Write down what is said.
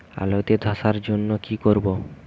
আলুতে ধসার জন্য কি করব?